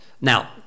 now